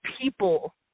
people